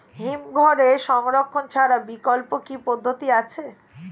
হিমঘরে সংরক্ষণ ছাড়া বিকল্প কি পদ্ধতি আছে?